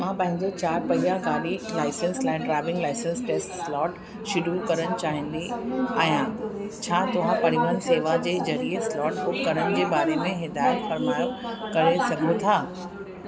मां पंहिंजे चारि पहिया गाॾी लाइसेंस लाइ driving licence test slot schedule करणु चाहींदी आहियां छा तव्हां परिवहन शेवा जे ज़रिए स्लॉट बुक करण जे बारे में हिदायत फ़र्माए करे सघो था